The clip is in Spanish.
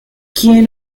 quién